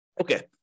Okay